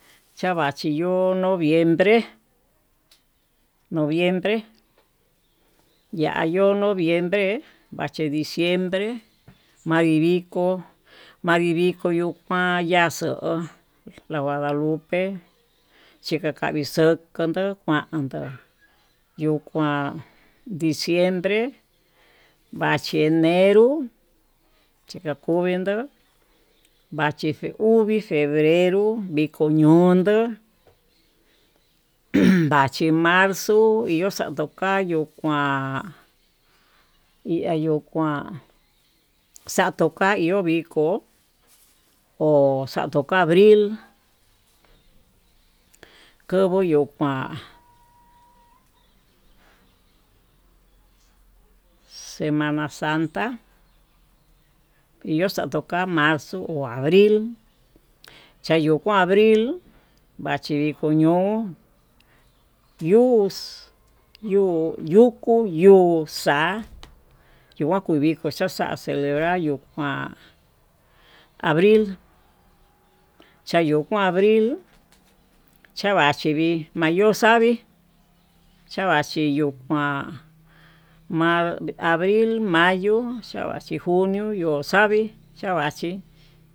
Chavachí yo'ó noviembre, noviembre ya yo'ó noviembre vachi viko manri viko yuu kuan yaxo'o la guadalupe chikanchadixoko kuándo yuu kuan diciembre vachi enero chikakuvindó vachi uvii febreró viko ñondó vachi marzo, iho xandukayu kuán iha yo'o kuan xayo ka'a yo'ó viko ho xatu ka'a abril kovuu yuu kuan semana santá iho xatuka marzo o abril, chayukuan abril achi viko ño'o yux yuku yuxa'a yua kuu viko xaxa celebral yuu kuan abril chayokuan abril, chavachi mii mayó xavii chavachi yió kuan ma'a abril mayó chavachi junio yo'ó xavii chavachí.